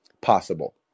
possible